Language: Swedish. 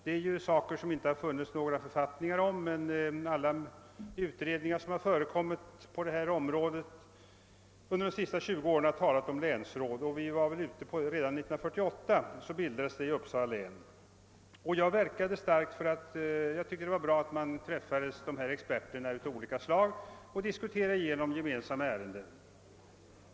Det är ju organ som det inte har funnits några författningar om, men alla utredningar som arbetat på detta område under de senaste 20 åren har talat om länsråd. Redan 1948 bildades länsråd i Uppsala län, och jag verkade starkt för detta, eftersom jag tyckte det var bra att experter av olika slag träffades och diskuterade igenom gemensamma ärenden.